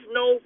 no